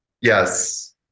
Yes